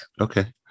Okay